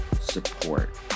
support